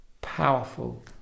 powerful